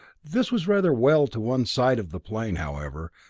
this was rather well to one side of the plain, however,